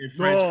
no